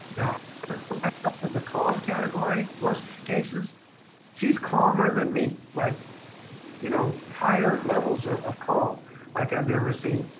now i put myself in the calm category, most cases she's calmer than me. like you know higher levels ah of calm like i've never seen.